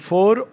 Four